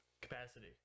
capacity